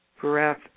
breath